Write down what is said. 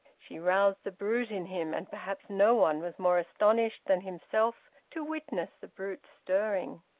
she roused the brute in him, and perhaps no one was more astonished than himself to witness the brute stirring.